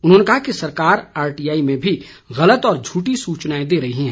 उन्होंने कहा कि सरकार आरटीआई में भी गलत और झूठी सूचनाएं दे रही है